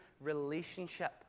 relationship